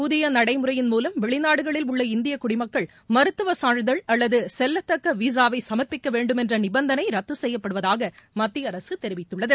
புதிய நடைமுறையின் மூலம் வெளிநாடுகளில் உள்ள இந்திய குடிமக்கள் மருத்துவ சான்றிதழ் அல்லது செல்லத்தக்க விசா வை சம்ப்பிக்க வேண்டுமென்ற நிபந்தனை ரத்து செய்யப்படுவதாக மத்திய அரசு தெரிவித்துள்ளது